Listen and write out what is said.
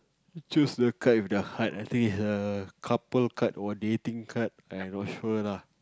choose the card with the heart I think it's a couple card or dating card I'm not sure lah